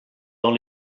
dans